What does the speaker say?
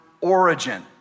origin